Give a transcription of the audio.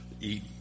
eat